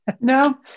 No